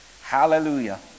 Hallelujah